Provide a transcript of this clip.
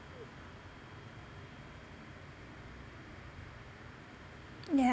yeah